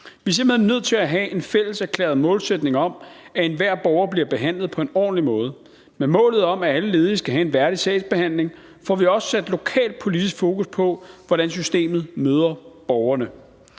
Vi er simpelt hen nødt til at have en fælles erklæret målsætning om, at enhver borger bliver behandlet på en ordentlig måde. Med målet om, at alle ledige skal have en værdig sagsbehandling, får vi også sat lokalt politisk fokus på, hvordan systemet møder borgerne.